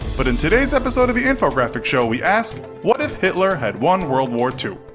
but in today's episode of the infographics show, we ask what if hitler had won world war two?